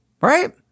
Right